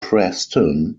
preston